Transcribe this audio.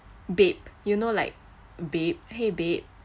babe you know like babe !hey! babe